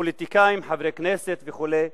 פוליטיקאים, חברי כנסת וכו',